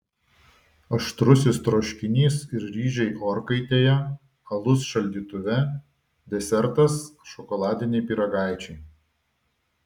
aštrusis troškinys ir ryžiai orkaitėje alus šaldytuve desertas šokoladiniai pyragaičiai